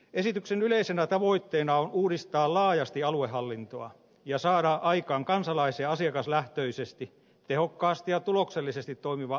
esityksen yleisenä tavoitteena on uudistaa laajasti aluehallintoa ja saada aikaan kansalais ja asiakaslähtöisesti tehokkaasti ja tuloksellisesti toimiva aluehallinto